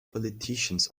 politicians